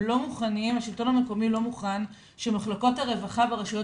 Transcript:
השלטון המקומי לא מוכן שמחלקות הרווחה ברשויות